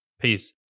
Peace